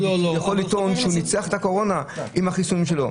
לטעון שהוא ניצח את הקורונה עם החיסונים שלו.